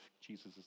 Jesus